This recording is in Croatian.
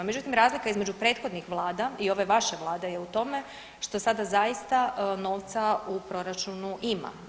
Međutim, razlika između prethodnih vlada i ove vaše Vlade je u tome što sada zaista novca u proračunu ima.